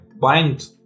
bind